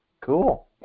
Cool